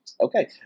okay